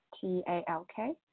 T-A-L-K